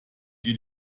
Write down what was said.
geht